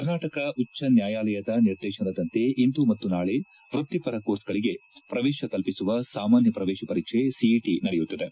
ಕರ್ನಾಟಕ ಉಜ್ಜ ನ್ಯಾಯಾಲಯದ ನಿರ್ದೇಶನದಂತೆ ಇಂದು ಮತ್ತು ನಾಳೆ ವೃತ್ತಿಪರ ಕೋರ್ಸ್ಗಳಿಗೆ ಪ್ರವೇಶ ಕಲ್ಪಿಸುವ ಸಾಮಾನ್ಯ ಪ್ರವೇಶ ಪರೀಕ್ಷ ಸೀಟಿ ನಡೆಯುತ್ತಿದೆ